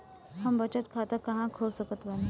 हम बचत खाता कहां खोल सकत बानी?